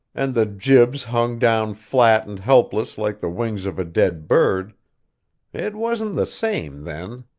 and the jibs hung down flat and helpless like the wings of a dead bird it wasn't the same then.